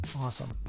Awesome